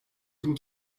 bin